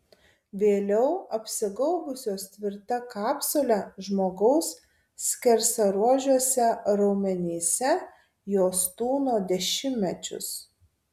vėliau apsigaubusios tvirta kapsule žmogaus skersaruožiuose raumenyse jos tūno dešimtmečius